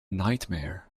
nightmare